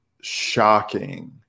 shocking